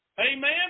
Amen